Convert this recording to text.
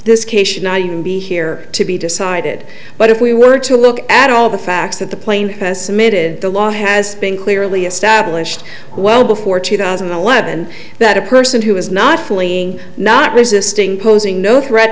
this case should not even be here to be decided but if we were to look at all the facts that the plane has submitted the law has been clearly established well before two thousand and eleven that a person who is not fleeing not resisting posing no threat